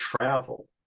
travel